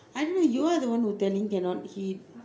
I know you are the one who telling cannot hit